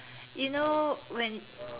you know when